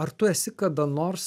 ar tu esi kada nors